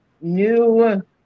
New